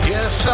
Yes